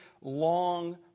long